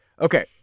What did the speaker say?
Okay